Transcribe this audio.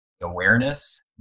awareness